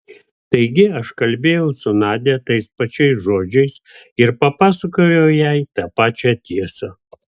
taigi aš kalbėjau su nadia tais pačiais žodžiais ir papasakojau jai tą pačią tiesą